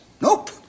nope